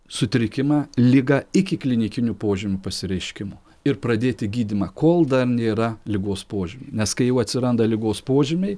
sutrikimą ligą iki klinikinių požymių pasireiškimo ir pradėti gydymą kol dar nėra ligos požymių nes kai jau atsiranda ligos požymiai